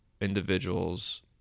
individuals